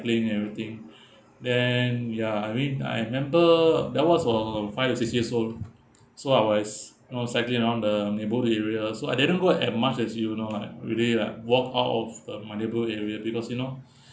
cycling and everything then ya I mean I remember there was uh five or six years old so I was I was cycling around the neighbourhood area so I didn't go as much as you you know right really lah walked out uh my neightbourhood area because you know